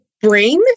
brain